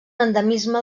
endemisme